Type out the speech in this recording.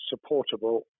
supportable